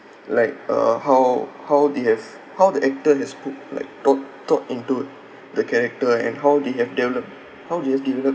like uh how how they have how the actor has put like thought thought into the character and how they have developed how they have developed